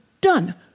done